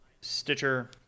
Stitcher